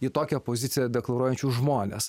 jį tokią poziciją deklaruojančius žmones